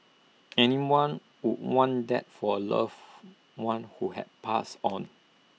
anyone would want that for A loved one who has passed on